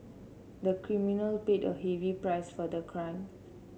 the criminal paid a heavy price for the crime